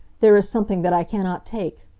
there is something that i cannot take.